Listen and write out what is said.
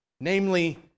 namely